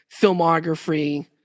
filmography